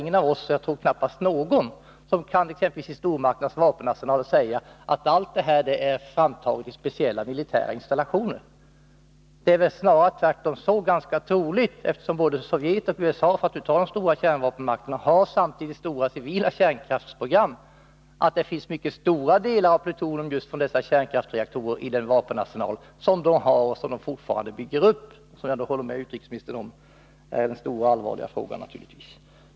Ingen av oss, och knappast någon annan, kan säga att exempelvis stormakternas vapenarsenal är framtagen i speciella militära installationer. Eftersom både Sovjet och USA, för att nu ta de stora kärnvapenmakterna, samtidigt har stora civila kärnkraftsprogram, är det snarare ganska troligt att stora delar plutonium just från dessa kärnkraftsreaktorer finns i den vapenarsenal de har och som de fortfarande bygger upp. Jag håller naturligtvis med utrikesministern om att det är den stora och allvarliga frågan.